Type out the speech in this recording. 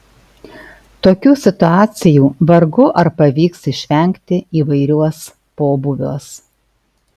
tokių situacijų vargu ar pavyks išvengti įvairiuos pobūviuos